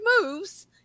moves